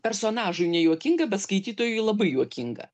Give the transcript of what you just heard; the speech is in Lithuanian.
personažui nejuokinga bet skaitytojui labai juokinga